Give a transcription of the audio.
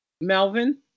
Melvin